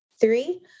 three